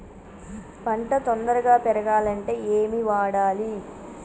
పంట తొందరగా పెరగాలంటే ఏమి వాడాలి?